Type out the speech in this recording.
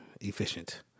efficient